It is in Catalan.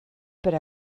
per